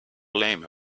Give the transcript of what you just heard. blame